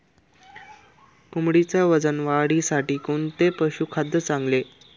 कोंबडीच्या वजन वाढीसाठी कोणते पशुखाद्य चांगले?